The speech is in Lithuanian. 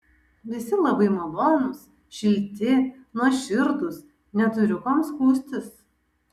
visi labai malonūs šilti nuoširdūs neturiu kuom skųstis